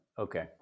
Okay